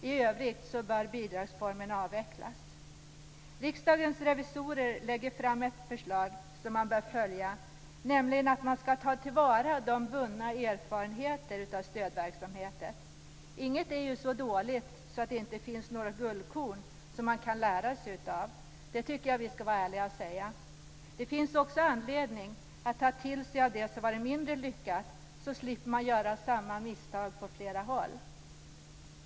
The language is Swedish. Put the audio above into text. I övrigt bör bidragsformen avvecklas. Riksdagens revisorer lägger fram ett förslag som man bör följa, nämligen att man ska ta till vara de erfarenheter man vunnit av stödverksamheten. Inget är så dåligt att det inte finns några guldkorn som man kan lära sig av. Det tycker jag att vi ska vara ärliga och säga. Det finns också anledning att ta till sig av det som varit mindre lyckat, så att man slipper göra samma misstag på flera håll.